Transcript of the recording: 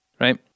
Right